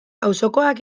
auzokoak